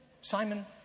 Simon